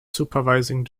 supervising